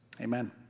amen